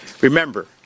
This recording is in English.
Remember